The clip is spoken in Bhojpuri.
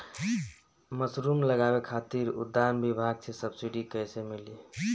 मशरूम लगावे खातिर उद्यान विभाग से सब्सिडी कैसे मिली?